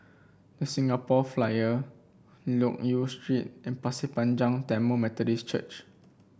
The Singapore Flyer Loke Yew Street and Pasir Panjang Tamil Methodist Church